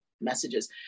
messages